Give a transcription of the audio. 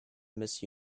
miss